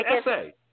essay